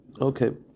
okay